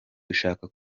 dushaka